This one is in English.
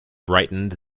brightened